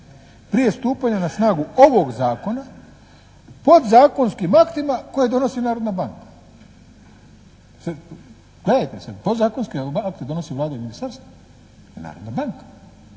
prije stupanja na snagu ovog Zakona, podzakonskim aktima koje donosi Narodna banka. Gledajte sad, podazakonske akte donosi Vlada i ministarstvo, ne Narodna banka.